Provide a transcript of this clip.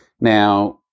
Now